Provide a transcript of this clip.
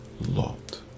lot